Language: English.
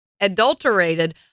adulterated